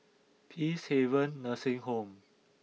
Peacehaven Nursing Home